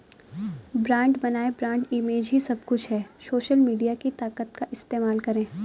brand बनाएं, brand image ही सब कुछ है, सोशल मीडिया की ताकत का इस्तेमाल करें